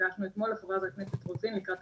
ופגשנו אתמול את חברת הכנסת רוזין,